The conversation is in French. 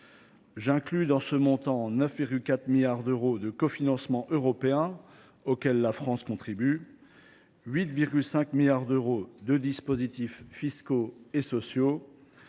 montant qui comprend 9,4 milliards d’euros de cofinancements européens auxquels la France contribue, 8,5 milliards d’euros de dispositifs fiscaux et sociaux,